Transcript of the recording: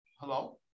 Hello